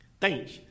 Thanks